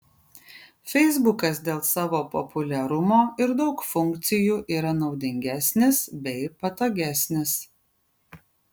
feisbukas dėl savo populiarumo ir daug funkcijų yra naudingesnis bei patogesnis